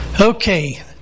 Okay